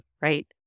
right